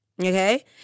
Okay